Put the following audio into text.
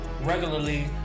regularly